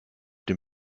den